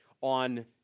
on